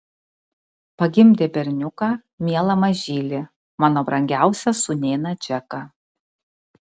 pagimdė berniuką mielą mažylį mano brangiausią sūnėną džeką